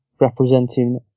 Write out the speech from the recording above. representing